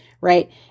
Right